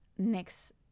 next